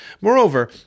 Moreover